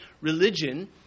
religion